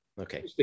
okay